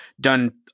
done